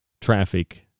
traffic